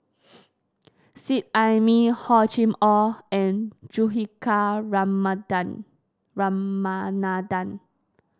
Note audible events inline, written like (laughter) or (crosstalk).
Seet Ai Mee Hor Chim Or and Juthika (unintelligible) Ramanathan